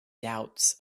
doubts